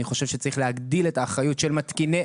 אני חושב שצריך להגדיל את האחריות של מתקיני,